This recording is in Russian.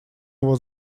его